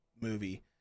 movie